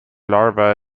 larva